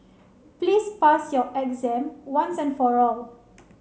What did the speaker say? please pass your exam once and for all